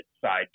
side